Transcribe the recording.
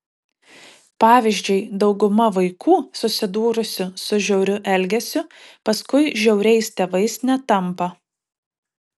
pavyzdžiui dauguma vaikų susidūrusių su žiauriu elgesiu paskui žiauriais tėvais netampa